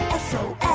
SOS